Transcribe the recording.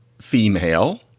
Female